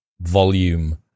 volume